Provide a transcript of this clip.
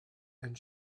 and